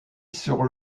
sur